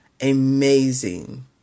amazing